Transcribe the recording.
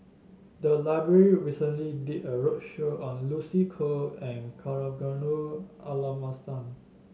the library recently did a roadshow on Lucy Koh and Kavignareru Amallathasan